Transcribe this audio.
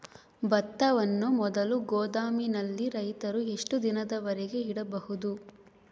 ಭತ್ತವನ್ನು ಮೊದಲು ಗೋದಾಮಿನಲ್ಲಿ ರೈತರು ಎಷ್ಟು ದಿನದವರೆಗೆ ಇಡಬಹುದು?